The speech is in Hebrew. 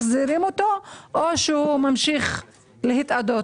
מחזירים אותו או הוא ממשיך להתאדות?